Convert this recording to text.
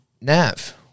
Nav